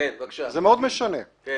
על כל